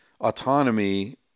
autonomy